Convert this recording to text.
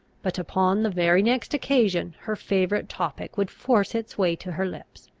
but upon the very next occasion her favourite topic would force its way to her lips.